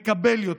מקבל יותר.